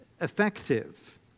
effective